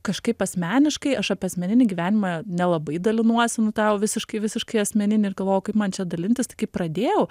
kažkaip asmeniškai aš apie asmeninį gyvenimą nelabai dalinuosi nu tą jau visiškai visiškai asmeninį ir galvojau kaip man čia dalintis tai kai pradėjau